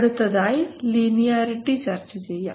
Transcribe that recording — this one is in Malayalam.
അടുത്തതായി ലീനിയാരിറ്റി ചർച്ച ചെയ്യാം